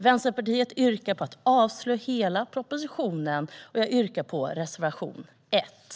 Vänsterpartiet vill avslå hela propositionen, och jag yrkar bifall till reservation 1.